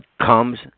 comes